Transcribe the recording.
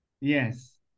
Yes